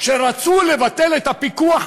כשרצו לבטל את הפיקוח,